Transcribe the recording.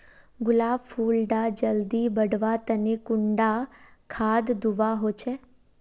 गुलाब फुल डा जल्दी बढ़वा तने कुंडा खाद दूवा होछै?